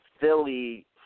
Philly